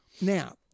Now